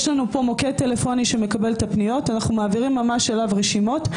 יש לנו מוקד טלפוני שמקבל את הפניות ואנחנו מעבירים אליו רשימות.